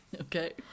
Okay